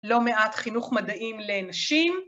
‫לא מעט חינוך מדעים לנשים.